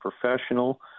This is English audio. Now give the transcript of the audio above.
professional